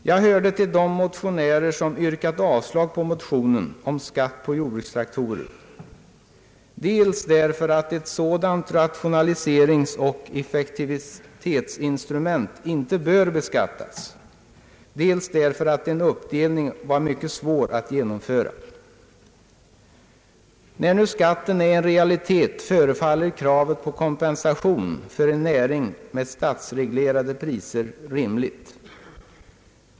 Jag hörde till de motionärer som yrkade avslag på motionen om skatt på jordbrukstraktorer, dels därför att ett sådant rationaliseringsoch effektivitetsinstrument inte bör beskattas, dels därför att en uppdelning var mycket svår att genomföra. När nu skatten är en realitet, förefaller kravet på kompensation för en näring med statsreglerade priser rimligt.